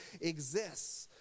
exists